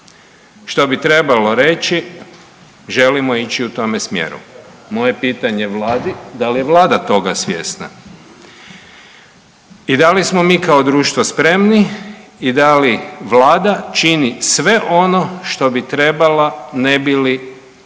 što bi trebalo reći želimo ići u tome smjeru. Moje pitanje Vladi, da li je Vlada toga svjesna i da li smo mi kao društvo spremni i da li Vlada čini sve ono što bi trebala ne bi li mi